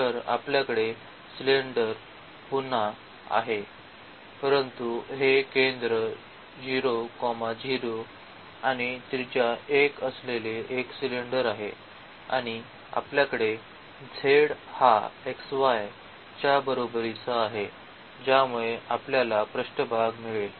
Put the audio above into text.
तर आपल्याकडे पुन्हा सिलेंडर आहे परंतु हे केंद्र 0 0 आणि त्रिज्या 1 असलेले एक सिलेंडर आहे आणि आपल्याकडे z हा x y च्या बरोबरीचा आहे ज्यामुळे आपल्याला पृष्ठभाग मिळेल